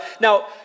now